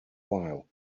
while